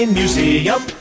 museum